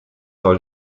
soll